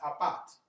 apart